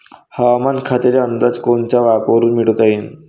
हवामान खात्याचा अंदाज कोनच्या ॲपवरुन मिळवता येईन?